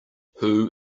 who